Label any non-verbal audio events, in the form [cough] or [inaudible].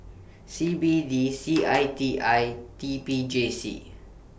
C B D C [noise] I T I T P J C